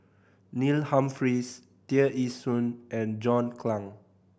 Neil Humphreys Tear Ee Soon and John Clang